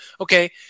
okay